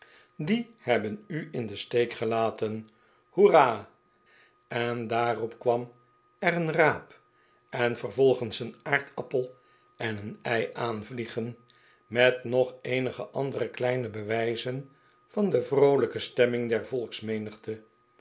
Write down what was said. die hebben u in den steek gelaten hoera en daarop kwam er een raap en vervolgens een aardappel en een ei aanvliegen met nog eenige andere kleine bewijzen van de vroolijke stemming der